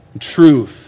truth